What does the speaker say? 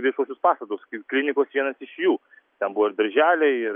viešuosius pastatus kai klinikos vienas iš jų ten buvo ir darželiai ir